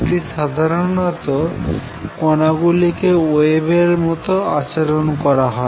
এটি সাধারনত কোনাগুলিকে ওয়েভ এর মত আচরণ করা হয়